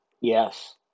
Yes